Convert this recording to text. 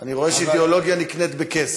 אני רואה שאידיאולוגיה נקנית בכסף.